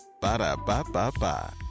Ba-da-ba-ba-ba